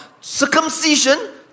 circumcision